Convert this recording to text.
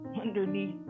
underneath